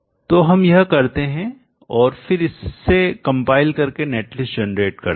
तो हम यह करते हैं और फिर से कंपाइल करके नेटलिस्ट जनरेट करते हैं